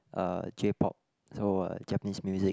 uh J-pop so uh Japaneses music